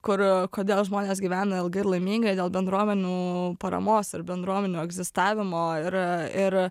kur kodėl žmonės gyvena ilgai ir laimingai dėl bendruomenių paramos ar bendruomenių egzistavimo ir ir